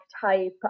type